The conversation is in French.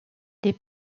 les